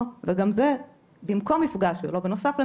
- וגם זה במקום מפגש ולא בנוסף למפגש.